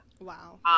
Wow